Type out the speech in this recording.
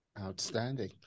Outstanding